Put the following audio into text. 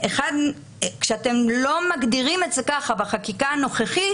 כשאתם לא מגדירים את זה כך בחקיקה הנוכחית